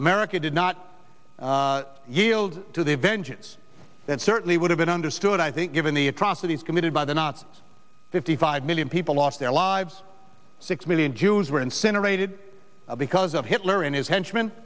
america did not yield to the vengeance that certainly would have been understood i think given the atrocities committed by the nazis fifty five million people lost their lives six million jews were incinerated because of hitler and his henchmen